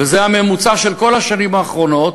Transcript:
וזה הממוצע של כל השנים האחרונות,